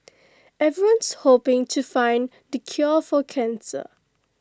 everyone's hoping to find the cure for cancer